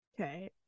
Okay